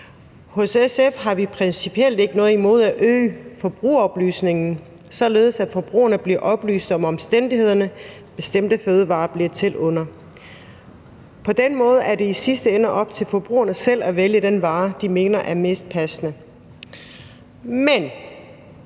Hos SF har vi principielt ikke noget imod at øge forbrugeroplysningen, således at forbrugerne bliver oplyst om de omstændigheder, som bestemte fødevarer bliver til under. På den måde er det i sidste ende op til forbrugerne selv at vælge den vare, de mener er mest passende. Men